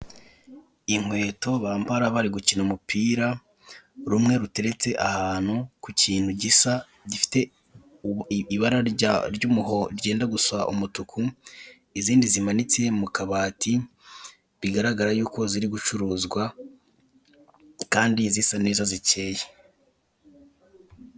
Inkweto bambara barigukina umupira, rumwe ruteretse ahantu kukintu gisa, gifite ibara ryenda gusa umutuku izindi zimanitse mukabati, bigaragarako zirigucuruzwa kandi zisa neza zicyeye.